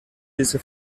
diese